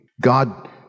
God